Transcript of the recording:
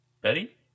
Betty